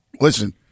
Listen